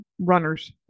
runners